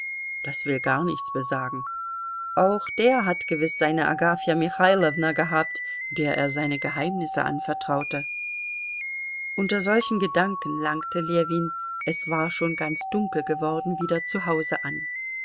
das will gar nichts besagen auch der hat gewiß seine agafja michailowna gehabt der er seine geheimnisse anvertraute unter solchen gedanken langte ljewin es war schon ganz dunkel geworden wieder zu hause an